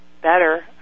better